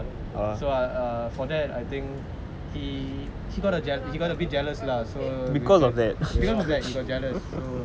err so err for that I think he he got a jel~ he got a bit jealous lah so because that he got jealous